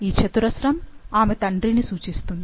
ఈ చతురస్రం ఆమె తండ్రిని సూచిస్తుంది